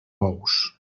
bous